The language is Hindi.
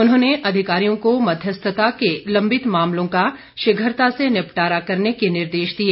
उन्होंने अधिकारियों को मध्यस्थता के लंबित मामलों का शीघ्रता से निपटारा करने के निर्देश दिए